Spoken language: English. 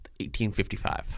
1855